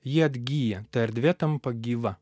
jie atgyja ta erdvė tampa gyva